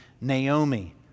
Naomi